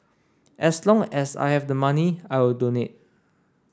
as long as I have the money I will donate